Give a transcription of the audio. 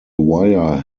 wire